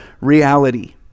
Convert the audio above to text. reality